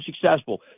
successful